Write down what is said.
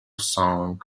song